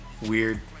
weird